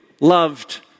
loved